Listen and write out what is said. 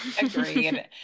Agreed